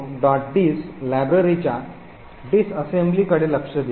diss लायब्ररीच्या disassembly कडे लक्ष देऊ